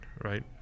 right